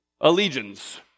allegiance